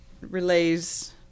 relays